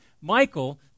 Michael